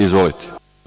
Izvolite.